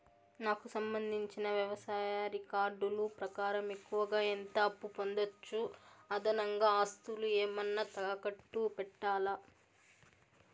నాకు సంబంధించిన వ్యవసాయ రికార్డులు ప్రకారం ఎక్కువగా ఎంత అప్పు పొందొచ్చు, అదనంగా ఆస్తులు ఏమన్నా తాకట్టు పెట్టాలా?